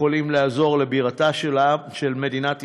יכולים לעזור לבירתה של מדינת ישראל,